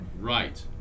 Right